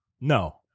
No